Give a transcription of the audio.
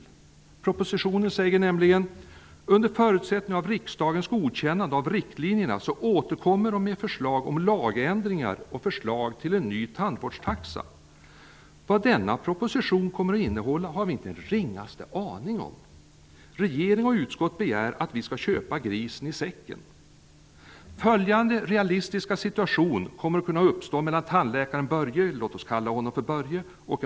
I propositionen sägs det nämligen att regeringen återkommer med förslag om lagändringar och förslag till ny tandvårdstaxa under förutsättning att riksdagen godkänner riktlinjerna. Vad denna proposition kommer att innehålla har vi inte den ringaste aning om. Regeringen och utskottet begär att vi skall köpa grisen i säcken! Följande realistiska situation kommer att kunna uppstå mellan en tandläkare, låt oss kalla honom Börje.